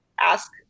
ask